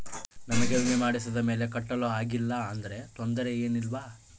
ನಮಗೆ ವಿಮೆ ಮಾಡಿಸಿದ ಮೇಲೆ ಕಟ್ಟಲು ಆಗಿಲ್ಲ ಆದರೆ ತೊಂದರೆ ಏನು ಇಲ್ಲವಾ?